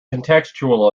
contextual